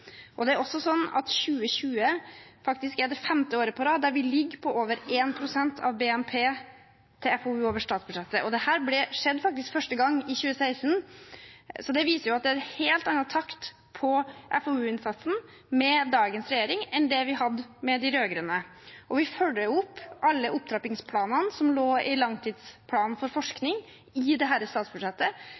Det er også sånn at 2020 er det femte året på rad med over 1 pst. av BNP til FoU over statsbudsjettet. Dette skjedde første gang i 2016, så det viser at det er en helt annen takt for FoU-innsatsen med dagens regjering enn vi hadde med de rød-grønne. Vi følger opp alle opptrappingsplanene som lå i langtidsplanen for forskning, i dette statsbudsjettet. Det